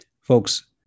Folks